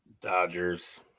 Dodgers